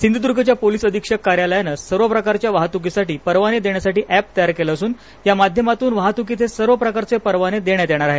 सिंधुद्र्गच्या जिल्हा पोलीस अधीक्षक कार्यालयाने सर्व प्रकारच्या वाहतुकीसाठी परवाने देण्यासाठी अॅप तयार केले असुन या माध्यमातुन वाहतुकीचे सर्व प्रकारचे परवाने देण्यात येणार आहेत